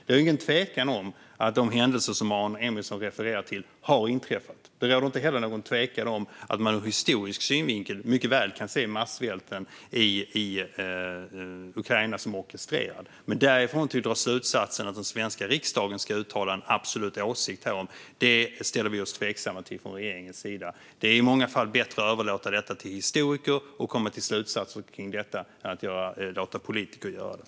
Det råder ingen tvekan om att de händelser som Aron Emilsson refererar till har inträffat. Det råder inte heller någon tvekan om att man ur historisk synvinkel mycket väl kan se massvälten i Ukraina som orkestrerad. Men att dra slutsatsen att den svenska riksdagen ska uttala en absolut åsikt därom ställer vi oss tveksamma till från regeringens sida. Det är i många fall bättre att överlåta till historiker att komma fram till slutsatser kring detta än att låta politiker göra det.